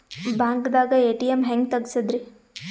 ಬ್ಯಾಂಕ್ದಾಗ ಎ.ಟಿ.ಎಂ ಹೆಂಗ್ ತಗಸದ್ರಿ?